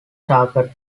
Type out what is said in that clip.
target